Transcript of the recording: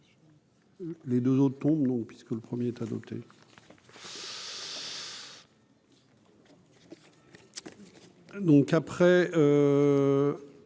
les deux autres tombes non puisque le 1er est adopté. Donc après